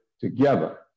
together